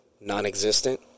non-existent